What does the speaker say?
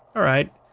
alright.